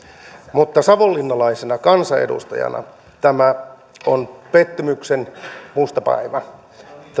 mutta savonlinnalaisena kansanedustajana tämä on pettymyksen musta päivä